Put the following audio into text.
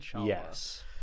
yes